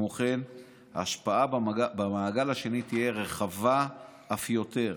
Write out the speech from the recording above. ההשפעה במעגל השני תהיה רחבה אף יותר,